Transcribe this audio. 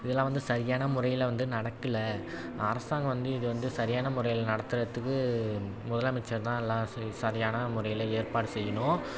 இதெல்லாம் வந்து சரியான முறையில் வந்து நடக்கல அரசாங்கம் இதை வந்து சரியான முறையில் நடத்துறதுக்கு முதலமைச்சர் தான் எல்லாம் செய் சரியான முறையில் ஏற்பாடு செய்யணும்